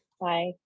Bye